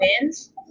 wins